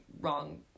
wrong